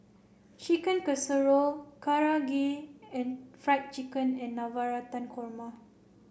Chicken Casserole Karaage and Fried Chicken and Navratan Korma